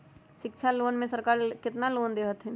शिक्षा लोन में सरकार केतना लोन दे हथिन?